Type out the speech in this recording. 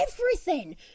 everything